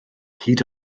hyd